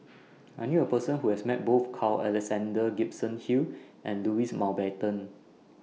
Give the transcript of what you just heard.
I knew A Person Who has Met Both Carl Alexander Gibson Hill and Louis Mountbatten